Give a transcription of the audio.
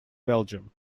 belgium